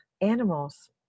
animals